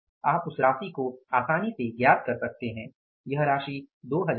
आप उस राशि को आसानी से जान सकते हैं वह राशि 2000 है